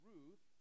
Ruth